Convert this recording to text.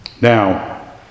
now